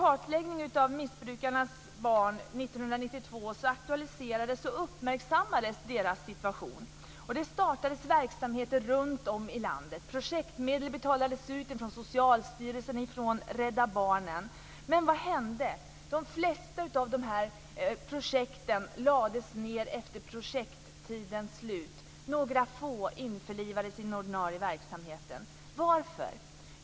aktualiserades och uppmärksammades deras situation. Det startades verksamheter runt om i landet. Projektmedel betalades ut från Socialstyrelsen och från Rädda Barnen. Men vad hände? De flesta av projekten lades ned efter projekttidens slut. Några få införlivades med den ordinarie verksamheten. Varför?